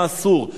מה אסור,